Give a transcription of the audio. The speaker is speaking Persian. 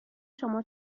شما